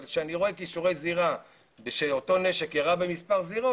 אבל כשאני רואה קישורי זירה ושאותו כלי נשק ירה במספר זירות,